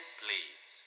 please